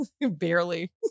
Barely